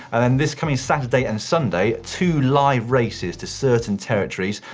and then this coming saturday and sunday, two live races to certain territories.